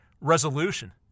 resolution